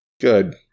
Good